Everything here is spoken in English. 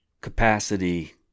capacity